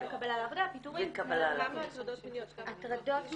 גם קבלה לעבודה --- כמה הטרדות מיניות?